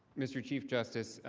mr. chief justice.